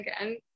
again